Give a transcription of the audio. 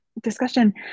discussion